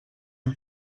hem